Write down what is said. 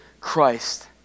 Christ